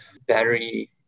battery